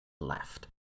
left